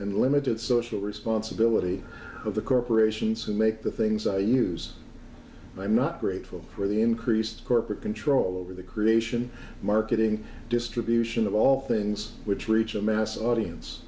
and limited social responsibility of the corporations who make the things i use i'm not grateful for the increased corporate control over the creation marketing distribution of all things which reach a mass audience